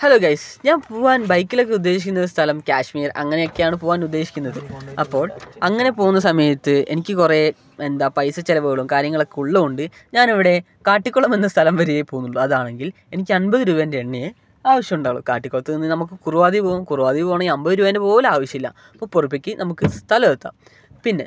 hello guys ഞാൻ പോകാൻ ബൈക്കിലൊക്കെ ഉദ്ദേശിക്കുന്ന സ്ഥലം കാശ്മീർ അങ്ങനെയൊക്കെയാണ് പോകാൻ ഉദ്ദേശിക്കുന്നത് അപ്പോൾ അങ്ങനെ പോവുന്ന സമയത്ത് എനിക്ക് കുറെ എന്താ പൈസ ചെലവുകളും കാര്യങ്ങളും ഒക്കെ ഉള്ളത് കൊണ്ട് ഞാൻ ഇവിടെ കാട്ടിക്കുളം എന്ന സ്ഥലം വരയേ പോകുന്നുള്ളു അതാണെങ്കിൽ എനിക്ക് അൻപത് രൂപേൻ്റ എണ്ണയേ ആവശ്യം ഉണ്ടാവു കാട്ടിക്കുളത്ത് നിന്ന് നമുക്ക് കുറുവ ദ്വീപ് പോകാം കുറുവ ദ്വീപ് പോകണമെങ്കിൽ അമ്പത് രൂപേൻ്റ പോലും ആവശ്യം ഇല്ല മുപ്പത് രൂപയ്ക്ക് നമുക്ക് സ്ഥലം എത്താം പിന്നെ